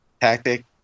tactic